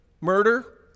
murder